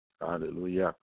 hallelujah